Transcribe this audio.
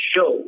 show